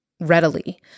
readily